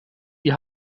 die